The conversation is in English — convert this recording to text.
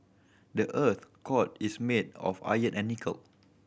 the earth's core is made of iron and nickel